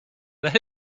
that